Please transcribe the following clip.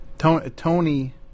Tony